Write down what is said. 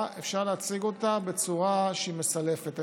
אפשר להציג אותה בצורה שהיא מסלפת.